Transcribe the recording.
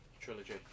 trilogy